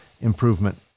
improvement